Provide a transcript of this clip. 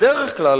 בדרך כלל,